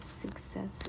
success